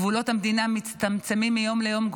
גבולות המדינה מצטמצמים מיום ליום,